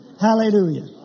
Hallelujah